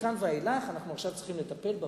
ועכשיו ומכאן ואילך אנחנו צריכים לטפל בבעיה.